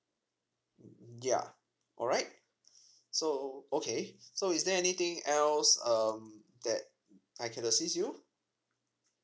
ya alright so okay so is there anything else um that I can assist you